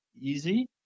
easy